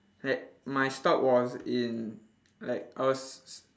like my stop was in like I was